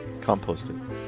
composting